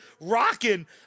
rocking